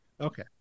Okay